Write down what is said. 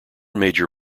major